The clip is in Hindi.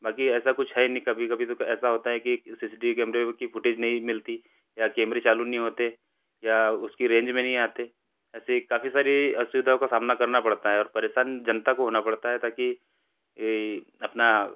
बाकी ऐसा कुछ है नहीं कभी कभी तो ऐसा होता है कि सी सी टी वी कैमरे की फुटेज नहीं मिलती या केमरे चालू नहीं होते या उसकी रेंज में नहीं आते ऐसे काफ़ी सारी असुविधाओं का सामना करना पड़ता है और परेशान जनता को होना पड़ता है ताकि अपना